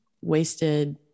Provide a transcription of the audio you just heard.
wasted